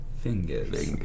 fingers